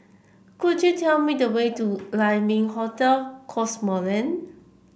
could you tell me the way to Lai Ming Hotel Cosmoland